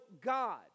God